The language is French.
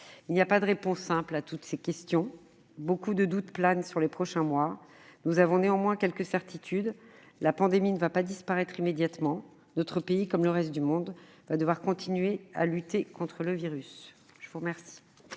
Il n'y a pas de réponses simples à toutes ces questions. Beaucoup de doutes planent sur les prochains mois, mais nous avons néanmoins une certitude : la pandémie ne va pas disparaître immédiatement, et notre pays, comme le reste du monde, va devoir continuer à lutter contre le virus. La parole